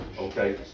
Okay